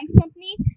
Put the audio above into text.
company